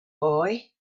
boy